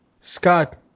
Scott